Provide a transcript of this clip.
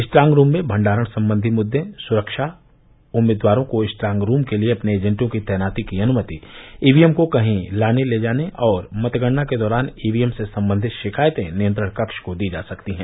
strong room में भंडारण संबंधी मुद्दे सुरक्षा उम्मीदवारों को स्ट्रांगरूम के लिए अपने एजेंटों की तैनाती की अनुमति ईवीएम को कहीं लाने ले जाने और मतगणना के दौरान ईवीएम से संबंधित शिकायतें नियंत्रण कक्ष को दी जा सकती हैं